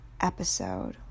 episode